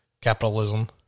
capitalism